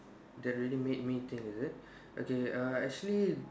that really made me think is it okay err actually